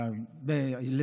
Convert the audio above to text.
מסכים.